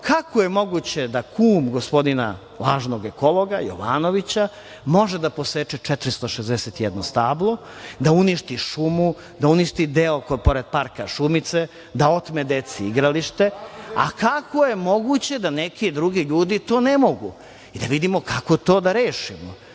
kako je moguće da kum gospodina, lažnog ekologa Jovanovića, može da poseče 461 stablo, da uništi šumu, da uništi deo pored parka Šumice, da otme deci igralište, a kako je moguće da neki drugi ljudi to ne mogu i da vidimo kako to da rešimo.